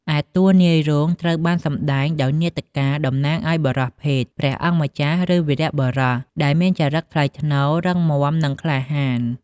ឯ តួនាយរោងត្រូវបានសម្ដែងដោយនាដករ តំណាងឲ្យបុរសភេទ ព្រះអង្គម្ចាស់ ឬវីរបុរស ដែលមានចរិតថ្លៃថ្នូរ រឹងមាំ និងក្លាហាន។